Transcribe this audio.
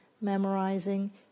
memorizing